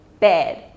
bad